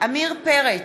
עמיר פרץ,